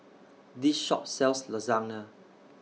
This Shop sells Lasagna